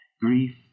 grief